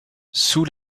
sous